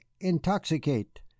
intoxicate